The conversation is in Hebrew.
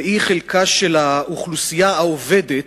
וזה חלקה של האוכלוסייה העובדת